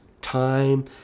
time